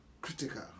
critical